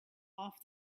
off